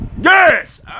Yes